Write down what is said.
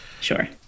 Sure